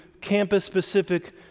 campus-specific